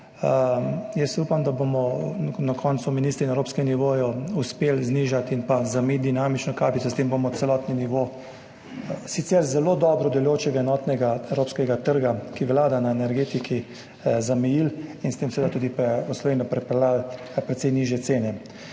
Jaz upam, da bomo na koncu ministri na evropskem nivoju uspeli znižati in zamejiti dinamično kapico. S tem bomo celotni nivo sicer zelo dobro delujočega enotnega evropskega trga, ki vlada pri energetiki, zamejili in s tem seveda tudi v Slovenijo pripeljali precej nižje cene.